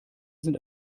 sind